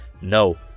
No